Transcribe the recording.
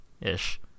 ish